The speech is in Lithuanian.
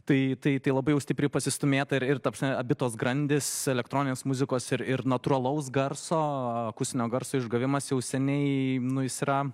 tai tai tai labai stipriai pasistūmėta ir ir ta prasme abi tos grandys elektroninės muzikos ir ir natūralaus garso akustinio garso išgavimas jau seniai nu jis yra